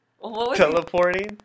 teleporting